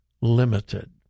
limited